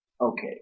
Okay